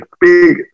big